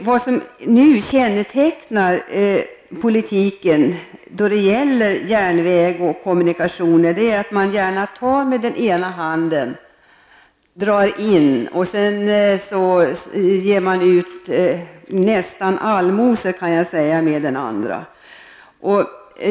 Vad som nu kännetecknar järnvägs och kommunikationspolitiken är att man gärna tar med ena handen och sedan ger ut vad jag nästan vill kalla allmosor med den andra.